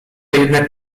jednak